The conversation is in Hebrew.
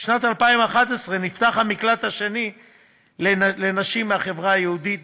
ובשנת 2011 נפתח המקלט השני לנשים מהחברה היהודית דתית-חרדית.